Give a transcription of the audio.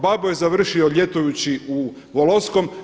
Babo je završio ljetujući u Voloskom.